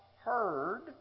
heard